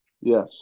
Yes